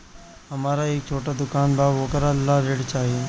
हमरा एक छोटा दुकान बा वोकरा ला ऋण चाही?